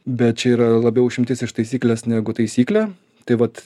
bet čia yra labiau išimtis iš taisyklės negu taisyklė tai vat